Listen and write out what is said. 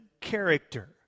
character